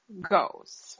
goes